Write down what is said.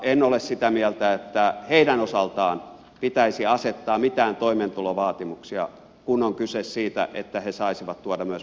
en ole sitä mieltä että heidän osaltaan pitäisi asettaa mitään toimeentulovaatimuksia kun on kyse siitä että he saisivat tuoda myös perheensä suomeen